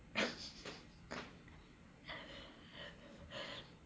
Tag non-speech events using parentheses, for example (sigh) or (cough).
(laughs)